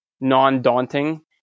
non-daunting